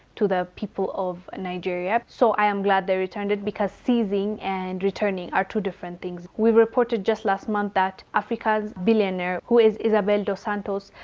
to the people of nigeria so i am glad they returned it because seizing and returning are two different things. we reported just last month that africa's billionaire, who is isabel dos santos,